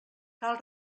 cal